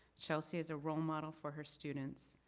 chelsea is a role model for her students.